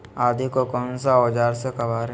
आदि को कौन सा औजार से काबरे?